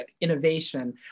innovation